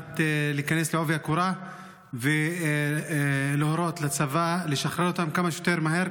להיכנס בעובי הקורה ולהורות לצבא לשחרר אותם כמה שיותר מהר,